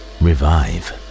revive